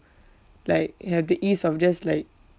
like have the ease of just like